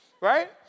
right